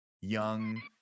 young